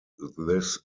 this